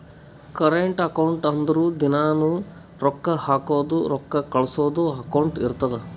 current account ಅಂದುರ್ ದಿನಾನೂ ರೊಕ್ಕಾ ಹಾಕದು ರೊಕ್ಕಾ ಕಳ್ಸದು ಅಕೌಂಟ್ ಇರ್ತುದ್